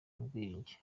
n’ubwiyunge